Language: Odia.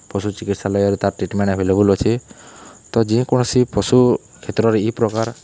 ପଶୁ ଚିକିତ୍ସାଲୟରେ ତାର୍ ଟ୍ରିଟ୍ମେଣ୍ଟ୍ ଏଭେଲେବୁଲ୍ ଅଛେ ତ ଯେକୌଣସି ପଶୁ କ୍ଷେତ୍ରରେ ଇ ପ୍ରକାର୍